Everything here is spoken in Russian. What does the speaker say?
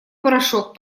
порошок